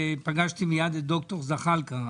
פגשתי מיד את ד"ר זחאלקה,